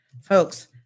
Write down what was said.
folks